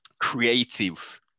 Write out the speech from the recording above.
creative